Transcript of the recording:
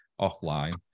offline